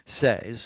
says